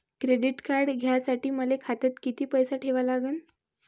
Credit card घ्यासाठी मले खात्यात किती पैसे ठेवा लागन?